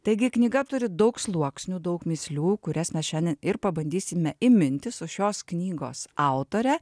taigi knyga turi daug sluoksnių daug mįslių kurias mes šiandien ir pabandysime įminti su šios knygos autore